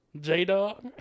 J-Dog